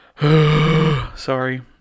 sorry